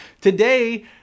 Today